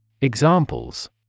Examples